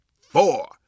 four